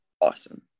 awesome